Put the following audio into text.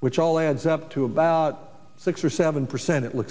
which all adds up to about six or seven percent it looks